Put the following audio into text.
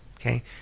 Okay